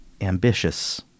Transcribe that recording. ambitious